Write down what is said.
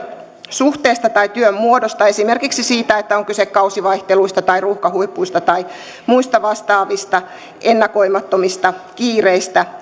työsuhteesta tai työn muodosta esimerkiksi siitä että on kyse kausivaihteluista tai ruuhkahuipuista tai muista vastaavista ennakoimattomista kiireistä